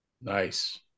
Nice